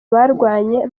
barwanye